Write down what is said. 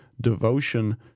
Devotion